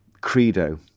credo